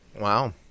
Wow